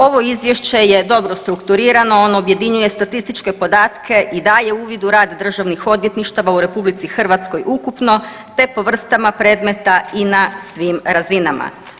Ovo izvješće je dobro strukturirano ono objedinjuje statističke podatke i daje uvid u rad državnih odvjetništava u RH ukupno te po vrstama predmeta i na svim razinama.